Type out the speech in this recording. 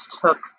took